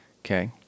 Okay